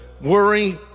worry